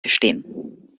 gestehen